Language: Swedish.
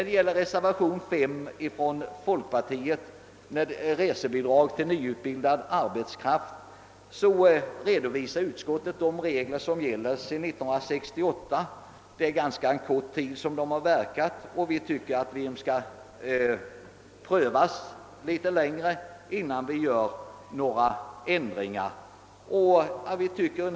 Beträffande reservationen 5 från folkpartiet om resebidrag till nyutbildad arbetskraft redovisar utskottet de regler som gäller sedan år 1968. Det är en ganska kort tid de har verkat, och vi tycker att de skall prövas litet längre innan vi gör några ändringar.